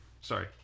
sorry